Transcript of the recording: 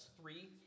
three